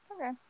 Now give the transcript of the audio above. Okay